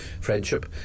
friendship